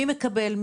מי מקבל,